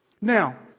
Now